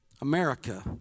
America